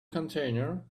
container